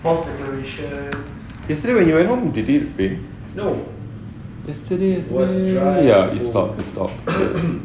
yesterday when you went home did it rain yesterday ya it stopped it stopped